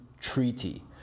treaty